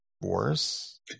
worse